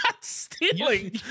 stealing